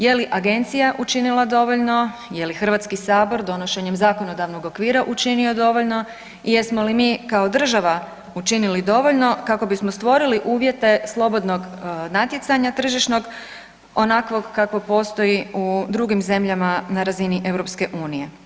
Je li agencija učinila dovoljno, je li HS donošenjem zakonodavnog okvira učinio dovoljno i jesmo li mi kao država učinili dovoljno kako bismo stvorili uvjete slobodnog natjecanja tržišnog, onakvog kakvo postoji u drugim zemljama na razini EU?